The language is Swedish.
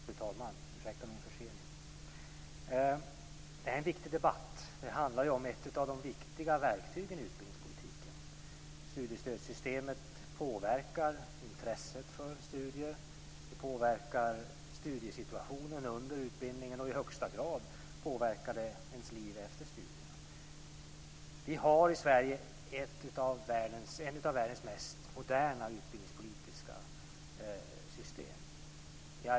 Fru talman! Ursäkta min försening. Detta är en viktig debatt. Den handlar om ett av de viktiga verktygen i utbildningspolitiken. Studiestödssystemet påverkar intresset för studier, det påverkar studiesituationen under utbildningen och i högsta grad påverkar det ens liv efter studierna. Vi har i Sverige ett av världens mest moderna utbildningspolitiska system.